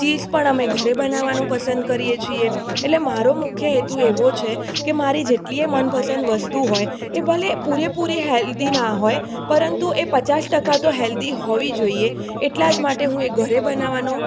cheese પણ અમે ઘરે બનાવવાનું પસંદ કરીએ છીએ એટલે મારો મુખ્ય હેતુ એવો છે કે મારી જેટલીએ મનપસંદ વસ્તુ હોય એ ભલે પૂરેપૂરી હેલ્ધી ન હોય પરંતુ એ પચાસ ટકા તો હેલ્ધી હોવી જોઈએ એટલા જ માટે હું એ ઘરે બનાવવાનો